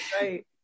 Right